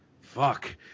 fuck